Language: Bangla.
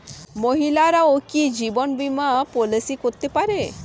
মহিলারাও কি জীবন বীমা পলিসি করতে পারে?